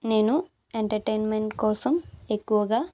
నేను ఎంటర్టైన్మెంట్ కోసం ఎక్కువగా